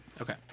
Okay